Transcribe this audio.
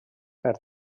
per